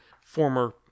former